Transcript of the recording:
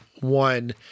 One